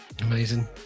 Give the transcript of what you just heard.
amazing